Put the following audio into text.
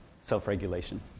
self-regulation